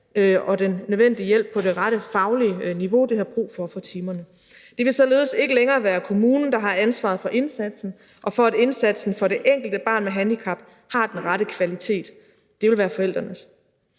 og den nødvendige hjælp på det rette faglige niveau, det har brug for, for timerne. Det vil således ikke længere være kommunen, der har ansvaret for indsatsen og for, at indsatsen for det enkelte barn med handicap har den rette kvalitet. Det vil være forældrene.